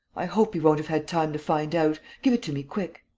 i hope he won't have had time to find out. give it to me, quick.